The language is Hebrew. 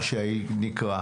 השתנו פה